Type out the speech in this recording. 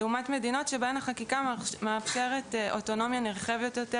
וכלה במדינות שבהן החקיקה מאפשרת אוטונומיה נרחבת יותר